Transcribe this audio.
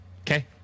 Okay